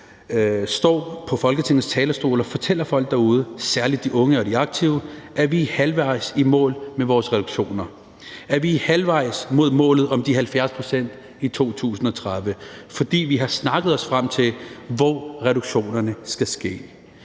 står på Folketingets talerstol og fortæller folk derude, særlig de unge og de aktive, at vi er halvvejs i mål med vores reduktioner; at vi er halvvejs mod målet om de 70 pct. i 2030, fordi vi har snakket os frem til, hvor reduktionerne skal ske;